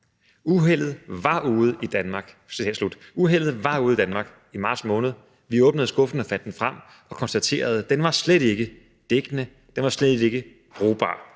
Uheldet var ude i Danmark i marts måned. Vi åbnede skuffen og fandt den frem og konstaterede, at den slet ikke var dækkende. Den var slet ikke brugbar,